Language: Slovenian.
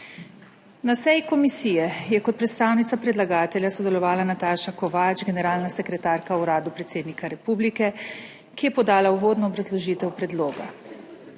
Na seji komisije je kot predstavnica predlagatelja sodelovala Nataša Kovač, generalna sekretarka v Uradu predsednika republike, kije podala uvodno obrazložitev predloga.